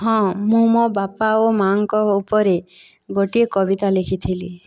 ହଁ ମୁଁ ମୋ' ବାପା ଓ ମାଆଙ୍କ ଉପରେ ଗୋଟିଏ କବିତା ଲେଖିଥିଲି